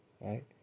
right